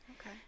Okay